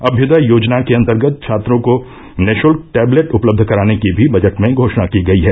अम्यूदय योजना के अन्तर्गत छात्रों को निःशल्क टैबलेट उपलब्ध कराने की भी बजट में घोषणा की गयी है